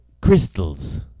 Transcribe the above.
Crystals